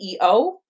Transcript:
CEO